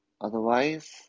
otherwise